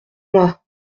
moi